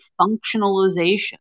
functionalization